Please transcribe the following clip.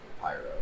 Pyro